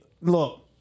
Look